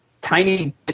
tiny